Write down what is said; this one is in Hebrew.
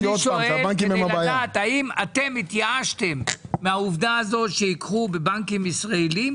האם אתם התייאשתם מהעובדה הזו שייקחו בבנקים ישראליים?